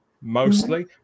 mostly